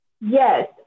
Yes